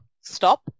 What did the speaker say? stop